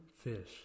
fish